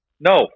No